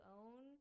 own –